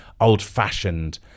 old-fashioned